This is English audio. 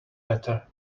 better